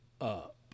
up